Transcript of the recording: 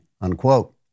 unquote